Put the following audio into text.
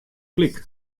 klik